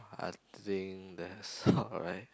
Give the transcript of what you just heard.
I think that's alright